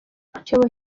icyobo